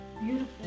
beautiful